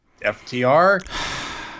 FTR